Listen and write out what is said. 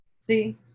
See